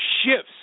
shifts